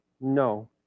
no